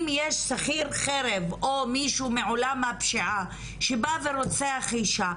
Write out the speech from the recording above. אם יש שכיר חרב או מישהו מעולם הפשיעה שבא ורוצח אישה,